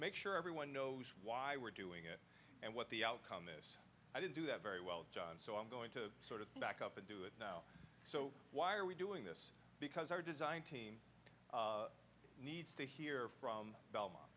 make sure everyone knows why we're doing it and what the outcome this i didn't do that very well john so i'm going to sort of back up and do it now so why are we doing this because our design team needs to hear from belmont